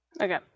Okay